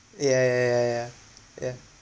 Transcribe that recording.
ya ya ya ya ya